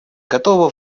готова